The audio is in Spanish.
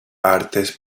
artes